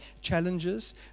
challenges